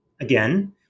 again